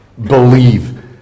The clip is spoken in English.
believe